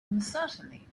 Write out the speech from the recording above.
uncertainly